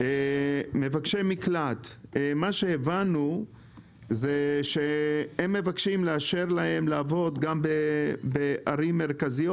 מבקשי מקלט הבנו שהם מבקשים לאשר להם לעבוד גם בערים מרכזיות.